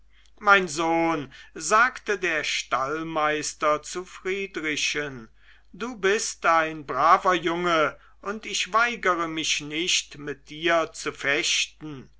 mein sohn sagte der stallmeister zu friedrichen du bist ein braver junge und ich weigere mich nicht mit dir zu fechten